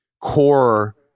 core